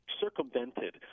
circumvented